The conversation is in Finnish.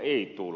ei tule